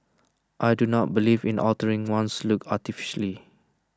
I do not believe in altering one's looks artificially